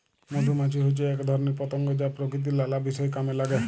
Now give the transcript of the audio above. মধুমাছি হচ্যে এক ধরণের পতঙ্গ যা প্রকৃতির লালা বিষয় কামে লাগে